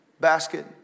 Basket